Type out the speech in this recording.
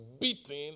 beating